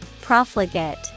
Profligate